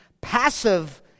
passive